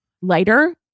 lighter